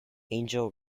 angel